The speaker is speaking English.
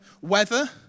weather